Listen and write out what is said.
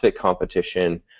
competition